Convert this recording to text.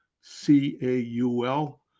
C-A-U-L